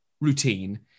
routine